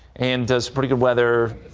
and does pretty good weather.